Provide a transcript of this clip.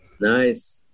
Nice